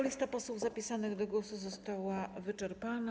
Lista posłów zapisanych do głosu została wyczerpana.